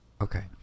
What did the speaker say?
Okay